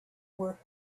were